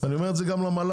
אני אומר את זה גם למל"ל,